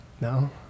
no